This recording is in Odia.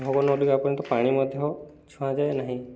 ଭବ ପାଣି ମଧ୍ୟ ଛୁଆଁଯାଏ ନାହିଁ